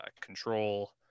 control